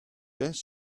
beth